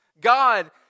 God